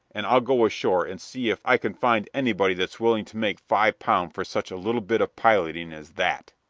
and i'll go ashore and see if i can find anybody that's willing to make five pound for such a little bit of piloting as that.